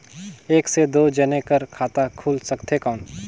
एक से दो जने कर खाता खुल सकथे कौन?